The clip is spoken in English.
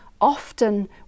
often